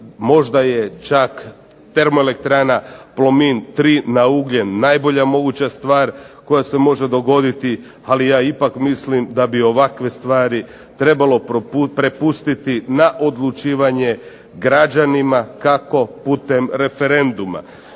možda je čak termoelektrana Plomin 3 na ugljen najbolja moguća stvar koja se može dogoditi, ali ja ipak mislim da bi ovakve stvari trebalo prepustiti na odlučivanje građanima kako putem referenduma.